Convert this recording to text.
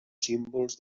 símbols